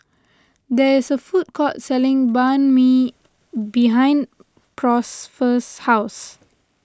there is a food court selling Banh Mi behind Prosper's house